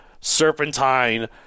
serpentine